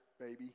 baby